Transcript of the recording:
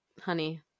Honey